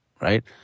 right